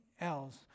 else